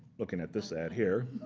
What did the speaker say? looking at this ad here,